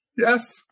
Yes